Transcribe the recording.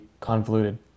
convoluted